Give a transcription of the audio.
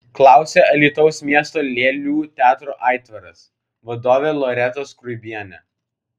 klausia alytaus miesto lėlių teatro aitvaras vadovė loreta skruibienė